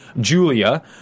Julia